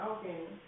Okay